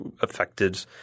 affected